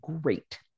great